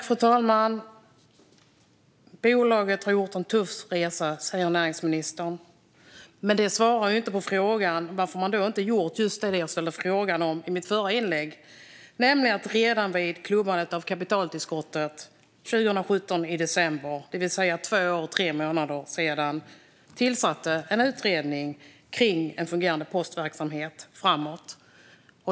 Fru talman! Näringsministern säger att bolaget har gjort en tuff resa. Men det svarar inte på frågan varför man inte gjorde just det jag efterfrågade i mitt förra inlägg: att man redan vid klubbandet av kapitaltillskottet i december 2017, det vill säga för två år och tre månader sedan, tillsatte en utredning om en fungerande postverksamhet framåt.